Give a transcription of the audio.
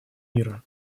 мира